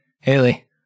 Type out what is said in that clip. Haley